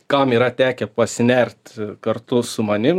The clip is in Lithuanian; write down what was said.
kam yra tekę pasinert kartu su manim